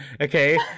Okay